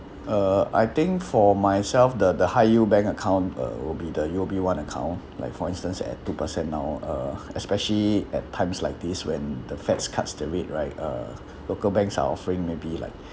uh I think for myself the the high yield bank account uh will be the U_O_B one account like for instance at two percent now uh especially at times like this when the feds cuts the rate right uh local banks are offering maybe like